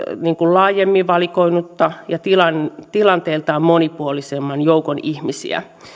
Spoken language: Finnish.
laajemmin valikoitunutta ja tilanteiltaan monipuolisemman joukon ihmisiä